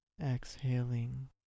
exhaling